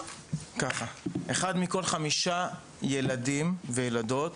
אחד מכל חמישה ילדים וילדות